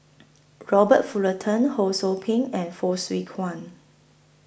Robert Fullerton Ho SOU Ping and Fong Swee